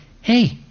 hey